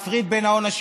תספר לנו.